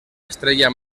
estrella